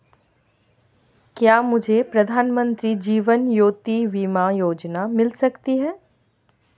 क्या मुझे प्रधानमंत्री जीवन ज्योति बीमा योजना मिल सकती है?